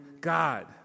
God